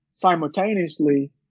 simultaneously